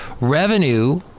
Revenue